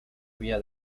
vía